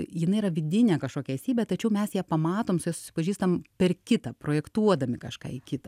jinai yra vidinė kažkokia esybė tačiau mes ją pamatom su ja susipažįstam per kitą projektuodami kažką į kitą